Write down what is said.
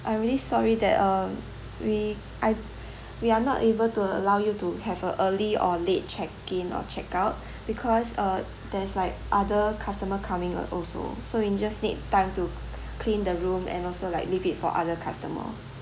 I'm really sorry that uh we I we are not able to allow you to have a early or late check in or check out because uh there's like other customer coming uh also so we just need time to clean the room and also like leave it for other customer